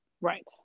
right